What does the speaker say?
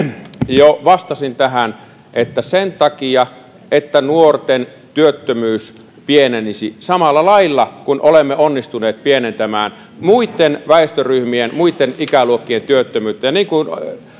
jo vastasin tähän että sen takia että nuorten työttömyys pienenisi samalla lailla kuin olemme onnistuneet pienentämään muitten väestöryhmien muitten ikäluokkien työttömyyttä ja niin kuin